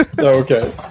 Okay